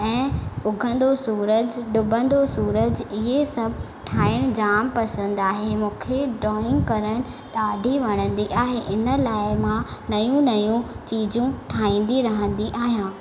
ऐं उगंदो सूरज डुबंदो सूरज इहे सभु ठाहिणु जाम पसंदि आहे मूंखे ड्राईंग करणु ॾाढी वणंदी आहे इन लाइ मां नयूं नयूं चीजूं ठाहींदी रहंदी आहियां